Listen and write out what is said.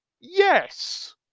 yes